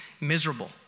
miserable